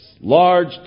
large